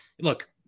look